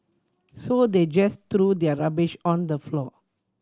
so they just threw their rubbish on the floor